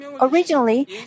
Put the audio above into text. Originally